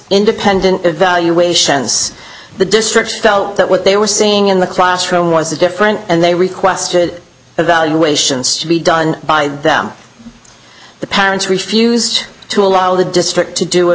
independent evaluations the district felt that what they were seeing in the classroom was different and they requested evaluations to be done by them the parents refused to allow the district to do